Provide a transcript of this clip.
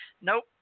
Nope